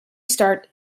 start